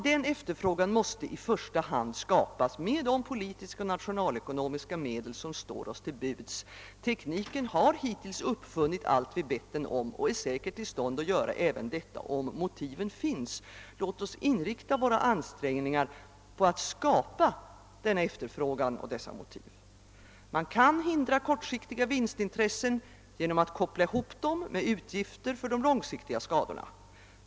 Denna efterfrågan måste i första hand skapas med de politiska och nationalekonomiska medel som står oss till buds. Tekniken har hittills uppfunnit allt vi bett den om och är säkert i stånd att göra det även i detta fall om motiven finns. Låt oss inrikta våra ansträngningar på att skapa denna efterfrågan och dessa motiv! Man kan motverka kortsiktiga vinstintressen genom att koppla ihop dem med utgifter för de långsiktiga skadorna.